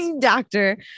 Doctor